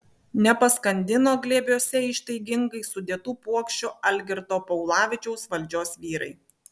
nepaskandino glėbiuose ištaigingai sudėtų puokščių algirdo paulavičiaus valdžios vyrai